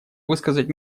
высказать